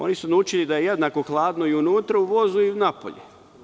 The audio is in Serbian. Oni su naučili da je jednako hladno unutra u vozu i napolju.